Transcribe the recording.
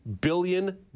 billion